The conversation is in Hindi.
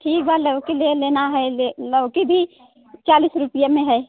ठीक बा लौकी ले लेना है ले लौकी भी चालीस रुपये में है